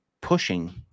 pushing